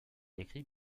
écrit